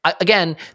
again